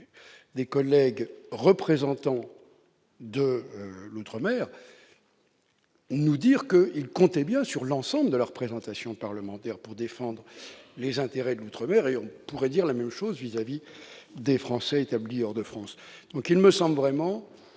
des collègues représentants de l'outre-mer nous affirmer qu'ils comptaient sur l'ensemble de la représentation parlementaire pour défendre les intérêts de ces territoires, et l'on pourrait dire la même chose vis-à-vis des Français établis hors de France. Il me semble donc vraiment